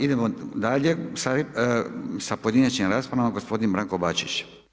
Idemo dalje sa pojedinačnim raspravama, gospodin Branko Bačić.